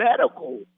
medical